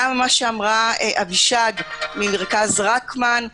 לגבי מה שאמרה אבישג ממרכז רקמן,